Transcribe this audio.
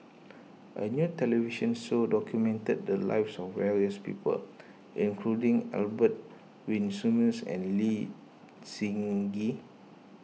a new television show documented the lives of various people including Albert Winsemius and Lee Seng Gee